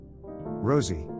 Rosie